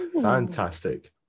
Fantastic